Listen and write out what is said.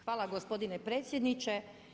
Hvala gospodine predsjedniče.